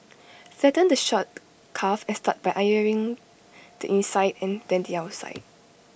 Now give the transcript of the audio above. flatten the shirt cuff and start by ironing the inside and then the outside